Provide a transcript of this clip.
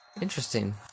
Interesting